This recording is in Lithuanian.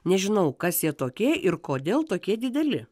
nežinau kas jie tokie ir kodėl tokie dideli